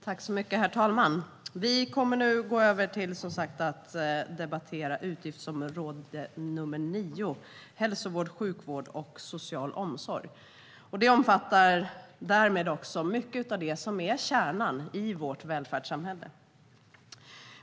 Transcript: Herr talman! Vi går nu över till att debattera Utgiftsområde 9 Hälsovård, sjukvård och social omsorg . Det omfattar mycket av det som är kärnan i vårt välfärdssamhälle.